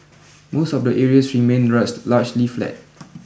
most of the areas remained largely flat